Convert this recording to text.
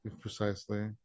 precisely